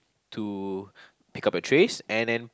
to pick up your trays and then